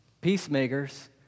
Peacemakers